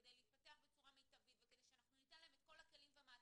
וכדי להתפתח בצורה מיטבית וכדי שאנחנו ניתן להם את כל הכלים והמעטפת.